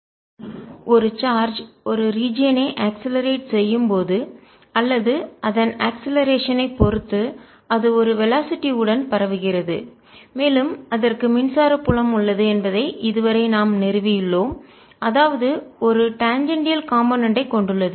accelerating charge இல் இருந்து வரும் ரேடியேஷன் கதிர்வீச்சு II ஒரு சார்ஜ் ஒரு ரீஜியன் ஐ அக்ஸ்லரேட்டட் செய்யும் போது அல்லது அதன் அக்ஸ்லரேசன் ஐ பொறுத்து அது ஒரு வெலாசிட்டி உடன் வேகத்துடன் பரவுகிறது மேலும் அதற்கு மின்சார புலம் உள்ளது என்பதை இதுவரை நாம் நிறுவியுள்ளோம் அதாவது ஒரு டாஞ்சேண்டியால் காம்போனென்ட் ஐ கொண்டுள்ளது